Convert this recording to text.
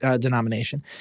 denomination